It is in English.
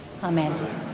Amen